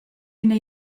üna